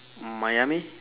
miami